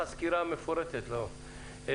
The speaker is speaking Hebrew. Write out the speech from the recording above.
להסכמים בילטרליים עם